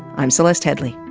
i'm celeste headlee.